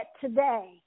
today